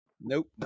Nope